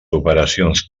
operacions